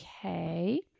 Okay